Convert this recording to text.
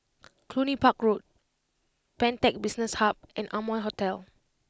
Cluny Park Road Pantech Business Hub and Amoy Hotel